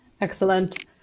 excellent